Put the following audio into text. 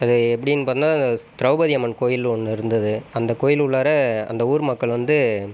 அது எப்படின்னு பார்த்தோம்னா திரௌபதி அம்மன் கோவில்ன்னு ஒன்று இருந்தது அந்த கோயில் உள்ளார அந்த ஊர் மக்கள் வந்து